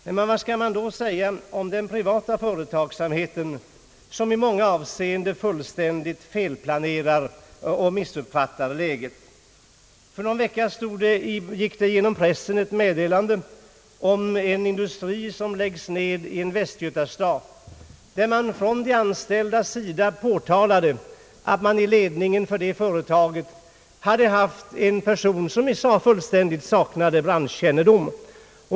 Men vad skall man då säga om den privata företagsamheten, som i många avseenden fullständigt felplanerar och missuppfattar läget? För någon vecka sedan gick genom pressen ett meddelande om en industri som läggs ned i en västgötastad. Från de anställdas sida påtalades att man i ledningen för företaget hade haft en person som, enligt vad de sade, fullständigt saknade branschkännedom.